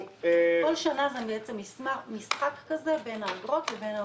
בכל שנה יש מין משחק כזה בין האגרות לבין העודפים.